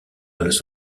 los